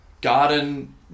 garden